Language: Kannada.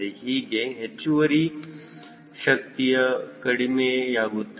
ಈಗ ಹೆಚ್ಚುವರಿ ಶಕ್ತಿಯು ಕಡಿಮೆ ಕಡಿಮೆಯಾಗುತ್ತದೆ